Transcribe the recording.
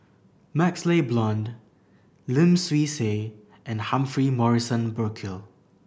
MaxLe Blond Lim Swee Say and Humphrey Morrison Burkill